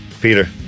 Peter